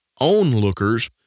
onlookers